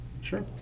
Sure